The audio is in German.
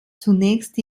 zunächst